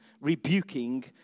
rebuking